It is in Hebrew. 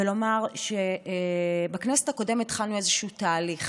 ולומר שבכנסת הקודמת התחלנו איזשהו תהליך: